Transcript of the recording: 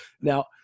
Now